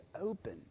open